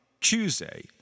Tuesday